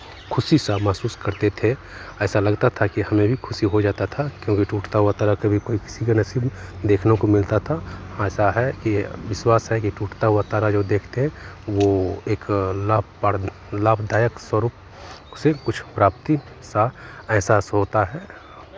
खुशी सा महसूस करते थे ऐसा लगता था कि हमें भी खुशी हो जाता था क्योंकि टूटता हुआ तारा कभी कोइ गैलेक्सी में देखने को मिलता था ऐसा है की विश्वास है कि ये टूटता हुआ तारा जो देखते हैं वो एक लाभ पार लाभदायक स्वरूप से कुछ प्राप्ति का एहसास होता है